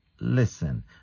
listen